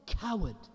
coward